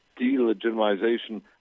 delegitimization